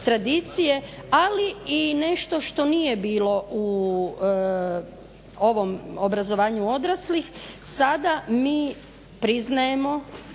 ali i nešto što nije bilo u ovom obrazovanju odraslih. Sada mi priznajemo